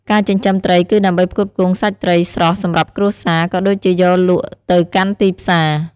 ការចិញ្ចឹមត្រីគឺដើម្បីផ្គត់ផ្គង់សាច់ត្រីស្រស់សម្រាប់គ្រួសារ ក៏ដូចជាយកលក់ទៅកាន់ទីផ្សារ។